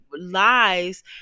Lies